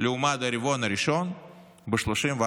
לעומת הרבעון הראשון ב-34%.